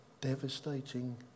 devastating